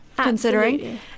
considering